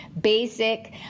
basic